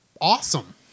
awesome